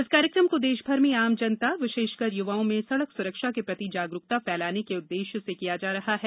इस कार्यक्रम को देशभर में आम जनता विशेषकर युवाओं में सड़क सुरक्षा के प्रति जागरुकता फैलाने के उद्देश्य से किया जा रहा है